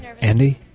Andy